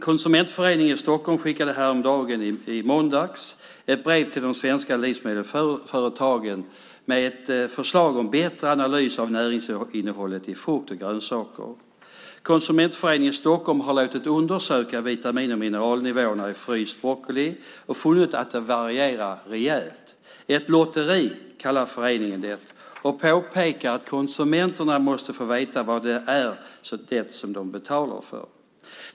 Konsumentföreningen i Stockholm skickade häromdagen, i måndags, ett brev till de svenska livsmedelsföretagen med ett förslag om bättre analys av näringsinnehållet i frukt och grönsaker. Konsumentföreningen Stockholm har låtit undersöka vitamin och mineralnivåerna i fryst broccoli och funnit att de varierar rejält. Ett lotteri kallar föreningen det och påpekar att konsumenterna måste få veta vad det är som de betalar för.